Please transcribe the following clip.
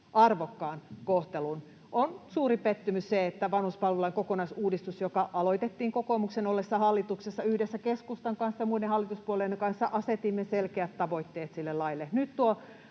arvokkaan kohtelun. On suuri pettymys se, että vanhuspalvelulain kokonaisuudistus, joka aloitettiin kokoomuksen ollessa hallituksessa yhdessä keskustan kanssa ja muiden hallituspuolueiden kanssa, asetimme selkeät tavoitteet sille laille...